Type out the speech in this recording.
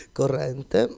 corrente